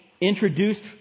introduced